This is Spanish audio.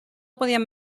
podían